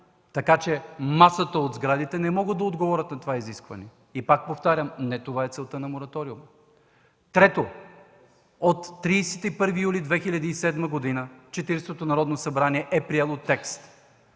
Така че масата от сградите не могат да отговарят на това изискване. Пак повтарям, не това е целта на мораториума. Трето, от 31 юли 2007 г. Четиридесетото Народно събрание е приело текст